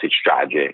strategy